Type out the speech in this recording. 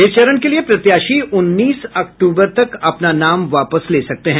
इस चरण के लिए प्रत्याशी उन्नीस अक्टूबर तक अपना नाम वापस ले सकते हैं